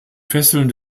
fesseln